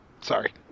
Sorry